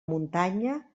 muntanya